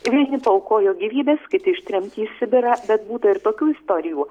vieni paaukojo gyvybes kiti ištremti į sibirą bet būtą ir tokių istorijų